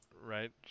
Right